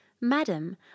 Madam